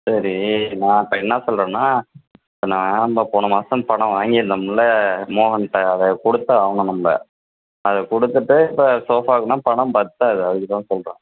சரி நான் இப்போ என்ன சொல்கிறேன்னா இப்போ நான் போன மாதம் பணம் வாங்கியிருந்தோம்ல மோகன்கிட்ட அதை கொடுத்தாவணும் நம்ம அதை கொடுத்துட்டு இப்போ சோஃபாக்குன்னால் பணம் பற்றாது அதுக்குதான் சொல்கிறேன்